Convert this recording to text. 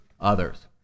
others